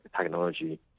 technology